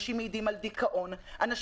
על דיכאון,